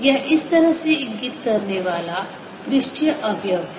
यह इस तरह से इंगित करने वाला पृष्ठीय अवयव है